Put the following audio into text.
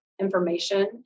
information